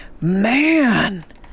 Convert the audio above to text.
man